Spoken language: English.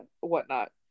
whatnot